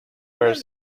wears